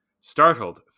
Startled